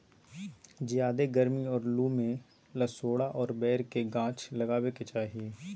ज्यादे गरमी और लू में लसोड़ा और बैर के गाछ लगावे के चाही